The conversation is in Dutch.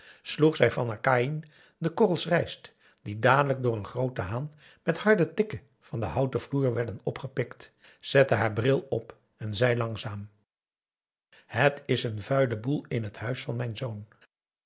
sloeg zij van haar kaïn de korrels rijst die dadelijk door een grooten haan met harde tikken van den houten vloer werden opgepikt zette haar bril op en zei langzaam het is een vuile boel in het huis van mijn zoon